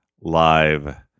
live